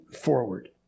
forward